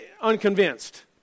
unconvinced